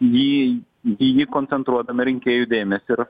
jį į jį koncentruodami rinkėjų dėmesį ir